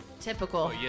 typical